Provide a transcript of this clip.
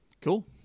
Cool